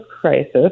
crisis